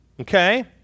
Okay